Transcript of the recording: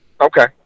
Okay